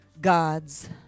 gods